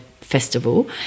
festival